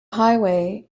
highway